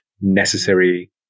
necessary